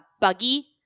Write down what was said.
buggy